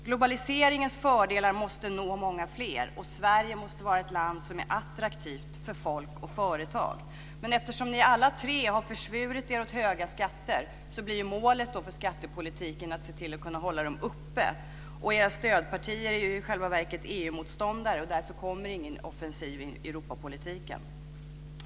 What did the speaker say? Globaliseringens fördelar måste nå många fler, och Sverige måste vara ett land som är attraktivt för människor och företag. Men eftersom ni alla tre har försvurit er åt höga skatter blir målet för skattepolitiken att se till att skatterna kan hållas uppe. Era stödpartier är ju i själva verket EU-motståndare. Därför kommer det ingen offensiv i Europapolitiken.